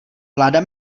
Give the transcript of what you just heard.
vláda